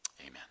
Amen